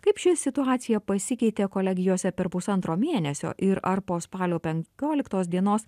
kaip ši situacija pasikeitė kolegijose per pusantro mėnesio ir ar po spalio penkioliktos dienos